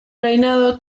reinado